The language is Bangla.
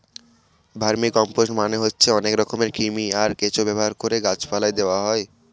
ভার্মিকম্পোস্ট মানে হচ্ছে অনেক রকমের কৃমি, আর কেঁচো ব্যবহার করে গাছ পালায় দেওয়া হয়